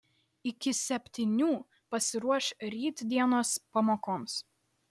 iki septynių pasiruoš rytdienos pamokoms